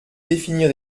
définir